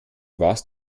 warst